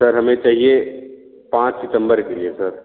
sir हमें चाहिए पाँच सितंबर के लिए सर